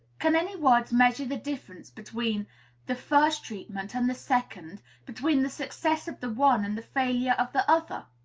can any words measure the difference between the first treatment and the second? between the success of the one and the failure of the other?